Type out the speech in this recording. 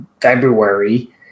February